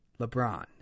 LeBron